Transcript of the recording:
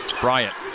Bryant